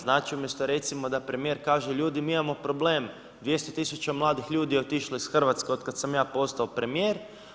Znači umjesto recimo da premijer kaže ljudi mi imamo problem 200 000 mladih ljudi je otišlo iz Hrvatske od kad sam ja postao premijer.